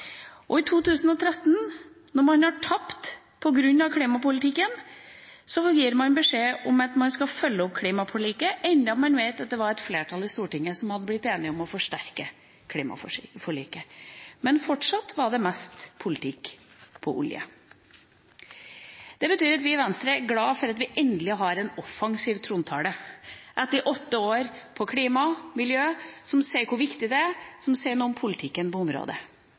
gass. I 2013, når man har tapt på grunn av klimapolitikken, gir man beskjed om at man skal følge opp klimaforliket, enda man vet at det var et flertall i Stortinget som hadde blitt enige om å forsterke klimaforliket. Men fortsatt var det mest politikk som dreide seg om olje. Det betyr at vi i Venstre er glade for at vi endelig har en offensiv trontale – etter åtte år på klima/miljø – som sier hvor viktig det er, og som sier noe om politikken på området.